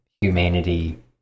humanity